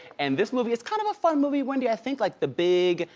and this movie is kind of a fun movie, wendy, i think like the big,